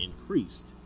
increased